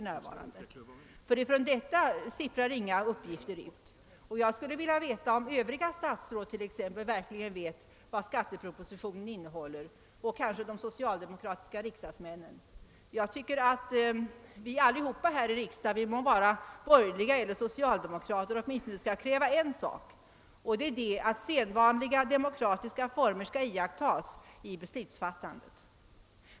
Därifrån sipprar inga uppgifter ut. Jag skulle vilja veta om t.ex. övriga statsråd vet vad skattepropositionen innehåller. Detta gäller kanske också de socialdemokratiska riksdagsmännen. Vi bör alla här i riksdagen, borgerliga eller socialdemokrater, åtminstone kunna kräva en sak, nämligen att sedvanliga demokratiska former skall iakttagas vid besluts fattande.